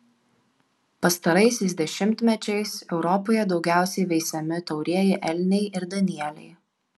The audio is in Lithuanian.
pastaraisiais dešimtmečiais europoje daugiausiai veisiami taurieji elniai ir danieliai